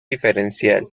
diferencial